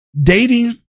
Dating